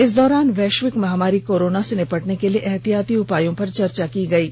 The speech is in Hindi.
इस दौरान वैश्विक महामारी कोरोना से निपटने के लिए एहतियाती उपायों पर चर्चा की गयी